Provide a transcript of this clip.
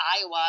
Iowa